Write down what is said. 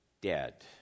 dead